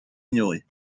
ignorer